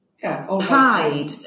pride